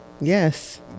Yes